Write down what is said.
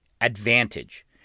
ADVANTAGE